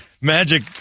Magic